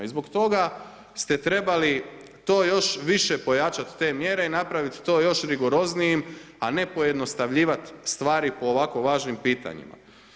I zbog toga ste trebali to još više pojačati te mjere i napraviti to još rigoroznijim, a ne pojednostavljivati stvari po ovako važnim pitanjima.